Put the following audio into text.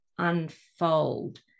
unfold